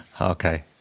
Okay